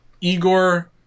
Igor